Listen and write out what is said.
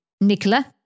Nicola